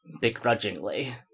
begrudgingly